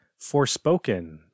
Forspoken